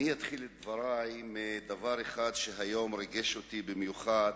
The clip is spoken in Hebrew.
אתחיל את דברי בדבר אחד שהיום ריגש אותי במיוחד,